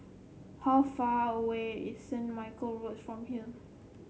how far away is Saint Michael Road from here